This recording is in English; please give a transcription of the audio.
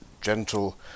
gentle